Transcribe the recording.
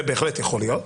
זה בהחלט יכול להיות,